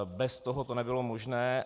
Bez toho to nebylo možné.